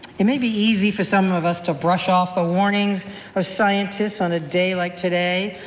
it may be easy for some of us to brush off the warnings of scientists on a day like today,